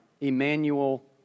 Emmanuel